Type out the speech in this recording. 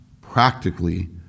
practically